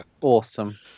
awesome